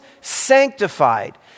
sanctified